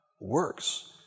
works